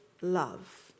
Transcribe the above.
love